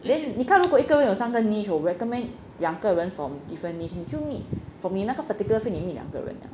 then 你看如果一人有三个 niche 我 recommend 两个人 from different niche 你就 meet from 你那个 particular friend 你 meet 两个人 liao